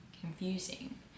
Confusing